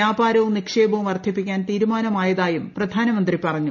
വ്യാപാരവും നിക്ഷേപവും വർധിപ്പിക്കാൻ തീരുമാനമീട്ടയതായും പ്രധാനമന്ത്രി പറഞ്ഞു